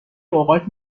اوقات